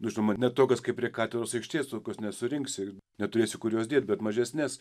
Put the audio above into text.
nu žinoma ne tokios kaip prie katedros aikštės tokios nesurinksi neturėsi kur juos dėt bet mažesnes